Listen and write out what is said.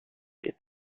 est